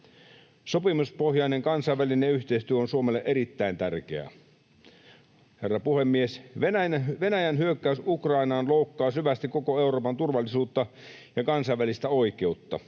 Sopimuspohjainen kansainvälinen yhteistyö on Suomelle erittäin tärkeä. Herra puhemies! Venäjän hyökkäys Ukrainaan loukkaa syvästi koko Euroopan turvallisuutta ja kansainvälistä oikeutta.